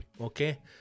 okay